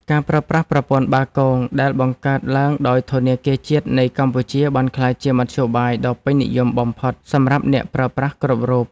ការប្រើប្រាស់ប្រព័ន្ធបាគងដែលបង្កើតឡើងដោយធនាគារជាតិនៃកម្ពុជាបានក្លាយជាមធ្យោបាយដ៏ពេញនិយមបំផុតសម្រាប់អ្នកប្រើប្រាស់គ្រប់រូប។